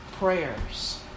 prayers